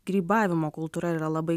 grybavimo kultūra yra labai